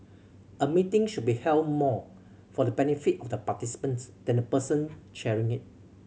a meeting should be held more for the benefit of the participants than the person chairing it